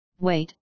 wait